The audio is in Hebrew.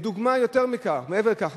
מעבר לכך,